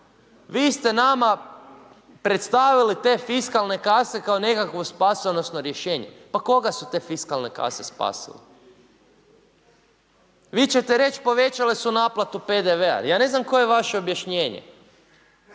Vi ste nama predstavili te fiskalne kase kao nekakvu spasonosno rješenje. Pa koga su te fiskalne kase spasile? Vi ćete reći, povećale su naplatu PDV-a. Ja ne znam koje je vaše objašnjenje.